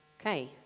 Okay